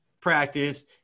practice